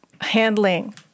handling